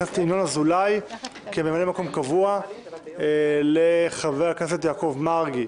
הכנסת ינון אזולאי כממלא מקום קבוע לחבר הכנסת יעקב מרגי.